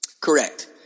Correct